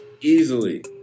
Easily